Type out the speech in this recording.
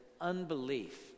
unbelief